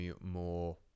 more